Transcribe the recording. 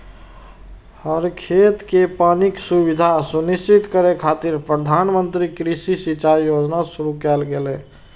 हर खेत कें पानिक सुविधा सुनिश्चित करै खातिर प्रधानमंत्री कृषि सिंचाइ योजना शुरू कैल गेलै